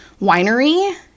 winery